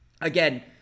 again